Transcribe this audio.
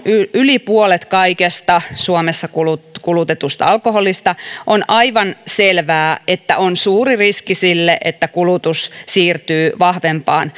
yli puolet kaikesta suomessa kulutetusta kulutetusta alkoholista on aivan selvää että on suuri riski että kulutus siirtyy vahvempaan